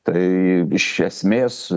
tai iš esmės